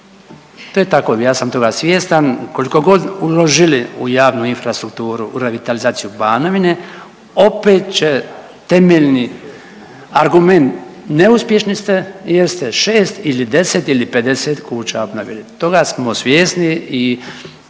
To je tako, ja sam toga svjestan, koliko god uložili u javnu infrastrukturu u revitalizaciju Banovine, opće će temeljni argument neuspješni ste jer ste 6 ili 10 ili 50 kuća obnovili. Toga smo svjesni i